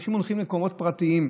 אנשים הולכים למקומות פרטיים,